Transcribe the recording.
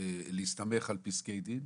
להסתמך על פסקי דין,